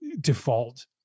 default